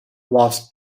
was